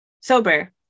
sober